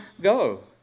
go